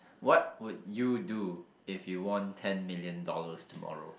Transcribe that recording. what would you do if you won ten million dollars tomorrow